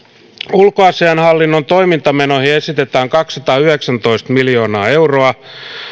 ulkoasiainhallinnon toimintamenoihin esitetään kaksisataayhdeksäntoista miljoonaa euroa